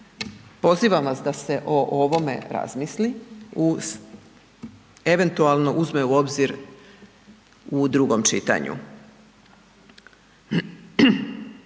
Pozivam vas da se o ovome razmisli uz, eventualno uzme u obzir u drugom čitanju.